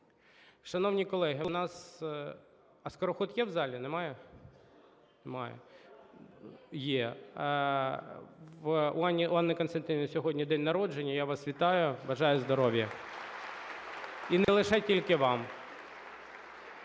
Шановні колеги, у нас… А Скороход є в залі? Немає. Є. У Анни Костянтинівни сьогодні день народження. Я вас вітаю. Бажаю здоров'я. (Оплески) І не лише тільки вам.